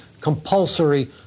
compulsory